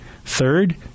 Third